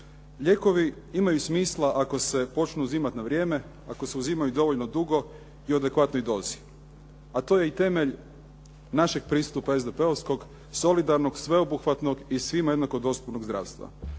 Lijekovi imaju smisla ako se počnu uzimati na vrijeme, ako se uzimaju dovoljno dugo i u adekvatnoj dozi, a to je i temelj našeg pristupa SDP-ovskog solidarnog, sveobuhvatnog i svima jednako dostupnog zdravstva.